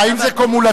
האם זה קומולטיבי?